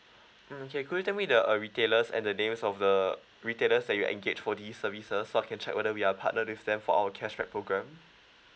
mm okay could you tell me the uh retailers and the names of the retailers that you are engaged for these services so I can check whether we are partnered with them for our cashback programme